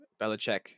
Belichick